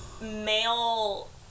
male